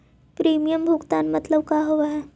Premium भुगतान मतलब का होव हइ?